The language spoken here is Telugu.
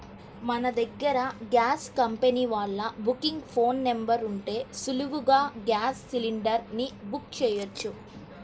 మన దగ్గర గ్యాస్ కంపెనీ వాళ్ళ బుకింగ్ ఫోన్ నెంబర్ ఉంటే సులువుగా గ్యాస్ సిలిండర్ ని బుక్ చెయ్యొచ్చు